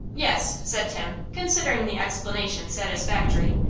yes, said tim, considering the explanation satisfactory,